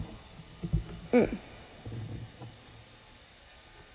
mm